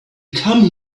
come